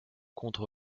contre